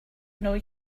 know